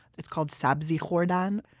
it's called sabzi khordan.